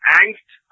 angst